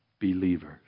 believers